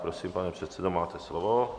Prosím, pane předsedo, máte slovo.